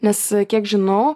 nes kiek žinau